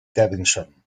davidson